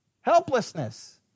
helplessness